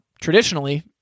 traditionally